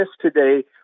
today